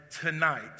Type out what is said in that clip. tonight